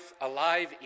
alive